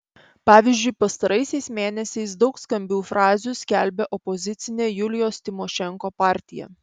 pavyzdžiui pastaraisiais mėnesiais daug skambių frazių skelbia opozicinė julijos tymošenko partija